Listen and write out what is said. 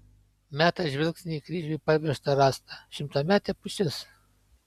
meta žvilgsnį į kryžiui parvežtą rąstą šimtametė pušis